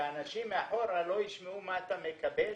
שאנשים מאחורה לא ישמעו מה אתה מקבל,